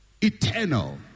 eternal